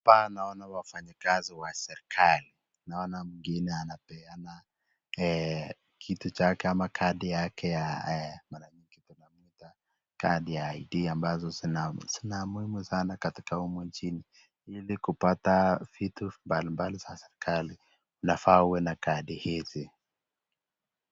Hapa naona wafanyikazi wa serikali , naona mwingine anapeana kitu chake ama kadi yake ya kadi zam ID ambazo ni za muhimu sana katika humu nchini ili kupata vitu mbali mbali za serikali inafaa uwe na kadi hizi.